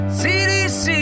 cdc